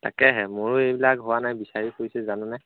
তাকেহে মোৰো এইবিলাক হোৱা নাই বিচাৰি ফুৰিছোঁ জাননে